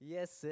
Yes